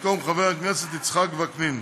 במקום חבר הכנסת יצחק וקנין,